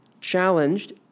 challenged